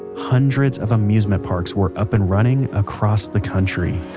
hundreds of amusement parks were up and running across the country